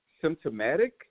symptomatic